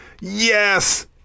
yes